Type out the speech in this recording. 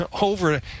over